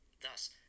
Thus